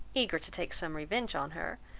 eager to take some revenge on her,